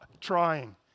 trying